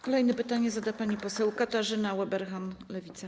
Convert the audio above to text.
Kolejne pytanie zada pani poseł Katarzyna Ueberhan, Lewica.